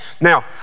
Now